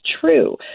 true